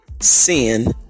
sin